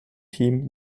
team